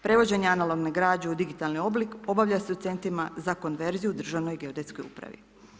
Prevođenje analogne građe u digitalni oblik obavlja se u centrima za konverziju u Državnoj geodetskoj upravi.